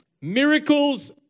miracles